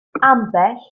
ambell